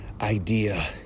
idea